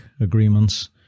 agreements